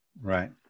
Right